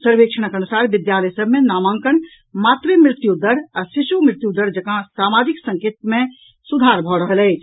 सर्वेक्षणक अनुसार विद्यालय सभ मे नामांकन मातृ मृत्यु दर आ शिशु मृत्यु दर जकॉ सामाजिक संकेतक मे सुधार भऽ रहल अछि